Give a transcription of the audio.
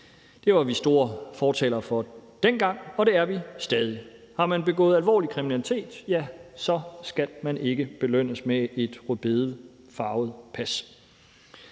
Det var vi store fortalere for dengang, og det er vi stadig. Har man begået alvorlig kriminalitet, skal man ikke belønnes med et rødbedefarvet pas.